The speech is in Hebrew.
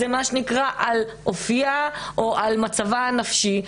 זה על אופייה או על מצבה הנפשי,